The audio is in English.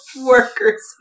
workers